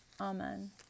Amen